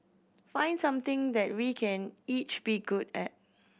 find something that we can each be good at